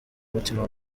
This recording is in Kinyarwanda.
umutima